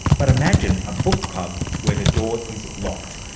but imagine a book club where the door is locked.